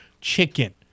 Chicken